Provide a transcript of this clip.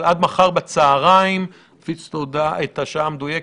אבל עד מחר בצוהריים נפיץ את השעה המדויקת.